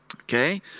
Okay